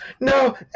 No